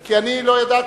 כי אני לא ידעתי,